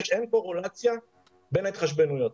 אין קורלציה בין ההתחשבנויות.